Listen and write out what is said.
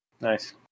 Nice